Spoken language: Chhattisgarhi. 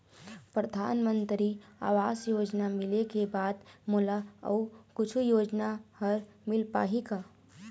परधानमंतरी आवास योजना मिले के बाद मोला अऊ कुछू योजना हर मिल पाही का?